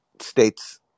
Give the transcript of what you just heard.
states